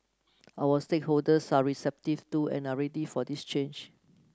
our stakeholders are receptive to and are ready for this change